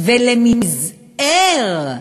ולמצער,